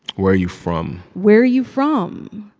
where are you from? where are you from?